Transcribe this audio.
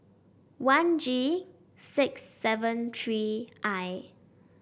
one G six seven three I